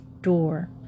door